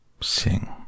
Sing